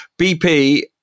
BP